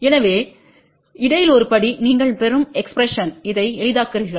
எனவே இடையில் ஒரு படி நீங்கள் பெறும் எக்ஸ்பிரஸன் இதை எளிதாக்குகிறீர்கள்